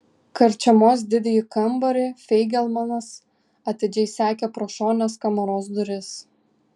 karčiamos didįjį kambarį feigelmanas atidžiai sekė pro šonines kamaros duris